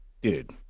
dude